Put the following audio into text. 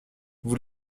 vous